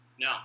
No